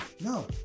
no